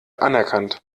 anerkannt